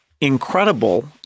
incredible